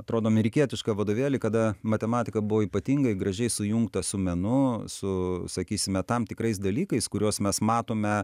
atrodo amerikietišką vadovėlį kada matematika buvo ypatingai gražiai sujungta su menu su sakysime tam tikrais dalykais kuriuos mes matome